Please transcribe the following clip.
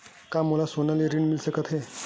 का मोला सोना ले ऋण मिल सकथे?